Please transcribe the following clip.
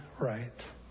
right